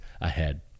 ahead